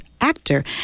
actor